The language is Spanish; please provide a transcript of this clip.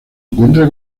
encuentra